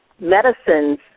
medicines